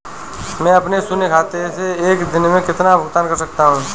मैं अपने शून्य खाते से एक दिन में कितना भुगतान कर सकता हूँ?